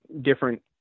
different